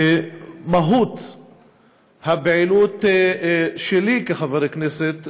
שאת מהות הפעילות שלי כחבר כנסת,